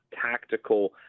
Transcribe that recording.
tactical